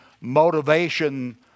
motivation